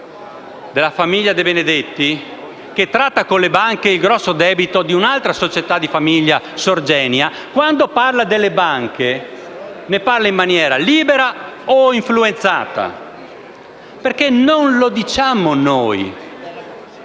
della famiglia De Benedetti, che tratta con le banche il grosso debito di un'altra società di famiglia, Sorgenia, quando di esse parla, lo fa in maniera libera o influenzata? Quale sia la risposta non